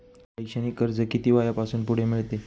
शैक्षणिक कर्ज किती वयापासून पुढे मिळते?